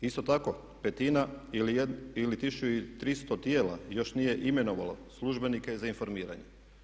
Isto tako petina ili 1300 tijela još nije imenovalo službenike za informiranje.